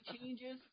changes